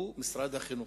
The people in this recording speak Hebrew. הוא משרד החינוך.